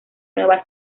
nueva